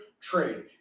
trade